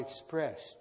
expressed